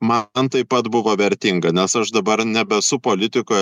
man taip pat buvo vertinga nes aš dabar nebesu politikoj